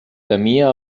temia